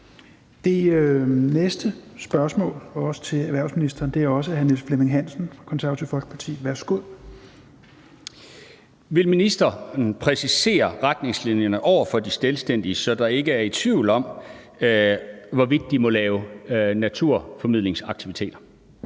Spm. nr. S 1130 20) Til erhvervsministeren af: Niels Flemming Hansen (KF): Vil ministeren præcisere retningslinjerne over for de selvstændige, så der ikke er tvivl om, hvorvidt de må lave naturformidlingsaktiviteter?